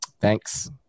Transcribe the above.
thanks